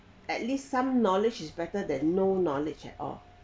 at least some knowledge is better than no knowledge at all